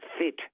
fit